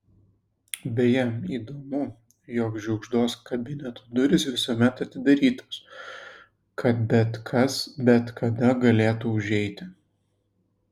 beje įdomu jog žiugždos kabineto durys visuomet atidarytos kad bet kas bet kada galėtų užeiti